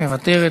מוותרת.